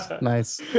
Nice